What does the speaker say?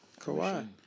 Kawhi